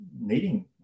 needing